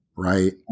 right